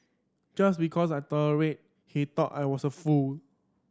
just because I tolerated he thought I was a fool